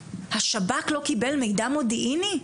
שב"כ לא קיבל מידע מודיעיני?